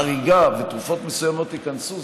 חריגה ותרופות מסוימות ייכנסו,